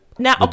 Now